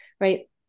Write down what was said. right